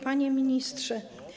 Panie Ministrze!